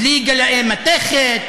בלי גלאי מתכת,